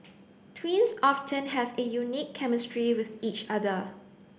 twins often have a unique chemistry with each other